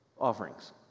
offerings